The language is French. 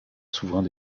souverain